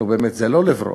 נו, באמת, זה לא לברוח.